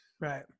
right